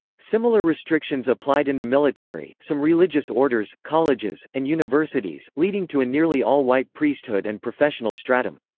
similar restrictions applied in the military, some religious orders, colleges, and universities, leading to a nearly all-white priesthood and professional stratum.